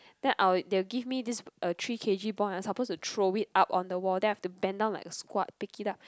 then I will they will give me this uh three K_G ball and I'm supposed to throw it up on the wall then I have to bend down like a squat pick it up